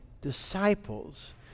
disciples